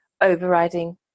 overriding